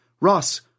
Ross